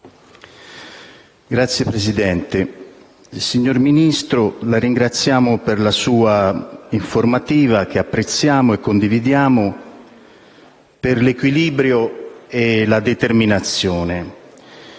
Signor Presidente, signor Ministro, la ringraziamo per la sua informativa, che apprezziamo e condividiamo per l'equilibrio e la determinazione.